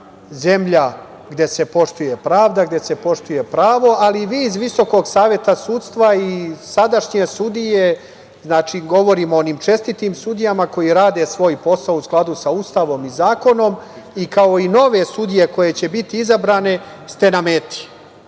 zemlja gde se poštuje pravda, gde se poštuje pravo, ali vi iz VSS i sadašnje sudije, znači, govorim o onim čestitim sudijama koji rade svoj posao u skladu sa Ustavom i zakonom, kao i nove sudije koje će biti izabrane ste na meti,